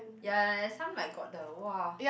ya lah some like got the !wah!